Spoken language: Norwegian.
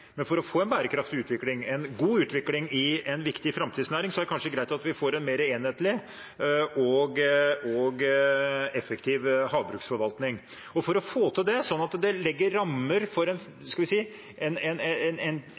men for å få en god, bærekraftig utvikling i en viktig framtidsnæring er det kanskje greit at vi får en mer enhetlig og effektiv havbruksforvaltning. Og for å få til det, slik at det legger rammer for